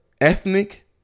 ethnic